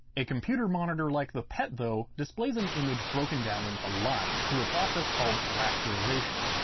a computer monitor like the pet though, displays an image broken down into lines through a process called rasterization.